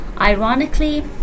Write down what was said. ironically